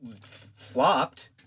flopped